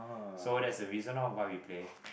so that's the reason loh why we play